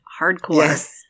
hardcore